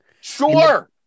Sure